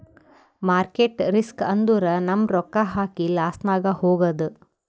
market risk ಅಂದುರ್ ನಮ್ ರೊಕ್ಕಾ ಹಾಕಿ ಲಾಸ್ನಾಗ್ ಹೋಗದ್